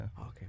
Okay